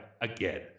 again